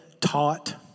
taught